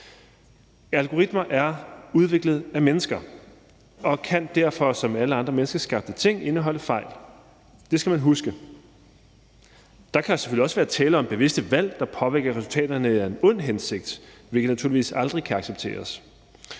Algoritmer er udviklet af mennesker og kan derfor som alle menneskeskabte ting indeholde fejl. Det skal man huske. Der kan selvfølgelig også være tale om bevidste valg, der påvirker resultaterne af en ond hensigt, hvilket naturligvis aldrig kan accepteres.